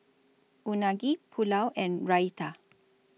Unagi Pulao and Raita